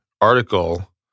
article